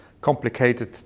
complicated